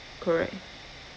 correct